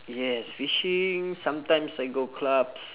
yes fishing sometimes I go clubs